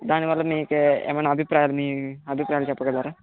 దానివల్ల మీకు ఏమైనా అభిప్రాయాలు మీ అభిప్రాయాలు చెప్పగలరా